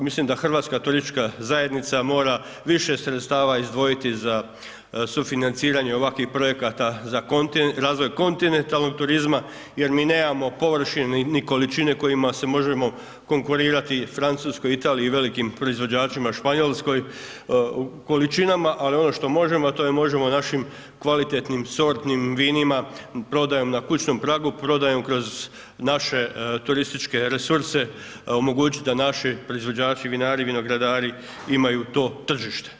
Mislim da Hrvatska turistička zajednica mora više sredstava izdvojiti za sufinanciranje ovakvih projekata za razvoj kontinentalnog turizma, jer mi nemamo površini, ni količine, kojima se možemo konkurirati Francuskoj, Italiji i velikim proizvođačima Španjolskoj u količinama, ali ono što možemo, a to je možemo našim kvalitetnim sortnim vinima, prodajom na kućnom pragu, prodajom kroz naše turističke resurse, omogućit da naši proizvođači, vinari i vinogradari imaju to tržište.